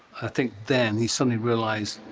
i think then he suddenly realised,